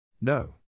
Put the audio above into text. No